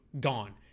gone